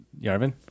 Yarvin